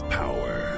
power